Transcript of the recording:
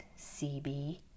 CB